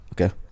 Okay